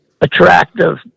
attractive